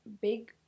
big